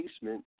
basement